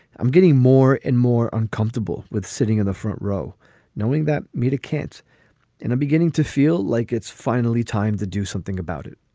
i'm getting more and more uncomfortable with sitting in the front row knowing that media can't and i'm beginning to feel like it's finally time to do something about it